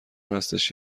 هستش